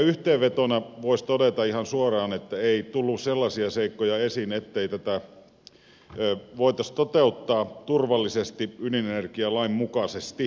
yhteenvetona voisi todeta ihan suoraan että ei tullut sellaisia seikkoja esiin ettei tätä voitaisi toteuttaa turvallisesti ydinenergialain mukaisesti suomessa